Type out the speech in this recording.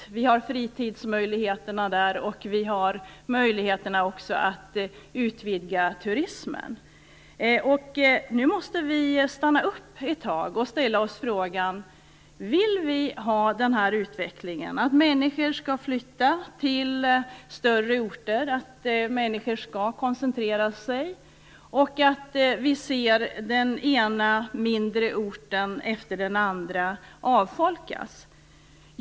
Där finns fritidsmöjligheterna och möjligheterna att utvidga turismen. Nu måste vi stanna upp ett tag och ställa oss frågan: Vill vi ha den här utvecklingen? Vill vi att människor skall flytta till större orter, att människor skall koncentreras dit? Vill vi se den ena mindre orten efter den andra avfolkas?